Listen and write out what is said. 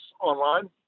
online